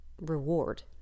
reward